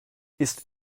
ist